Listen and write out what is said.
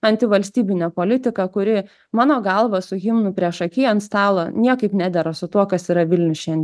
antivalstybinę politiką kuri mano galva su himnu priešaky ant stalo niekaip nedera su tuo kas yra vilnius šian